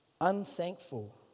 unthankful